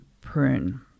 prune